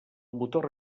motor